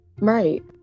Right